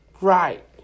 Right